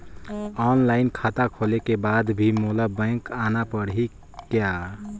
Online खाता खोले के बाद भी मोला बैंक आना पड़ही काय?